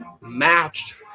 matched